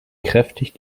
kräftig